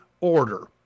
order